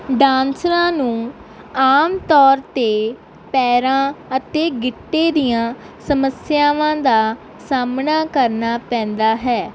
ਡਾਂਸਰਾਂ ਨੂੰ ਆਮ ਤੌਰ 'ਤੇ ਪੈਰਾਂ ਅਤੇ ਗਿੱਟੇ ਦੀਆਂ ਸਮੱਸਿਆਵਾਂ ਦਾ ਸਾਹਮਣਾ ਕਰਨਾ ਪੈਂਦਾ ਹੈ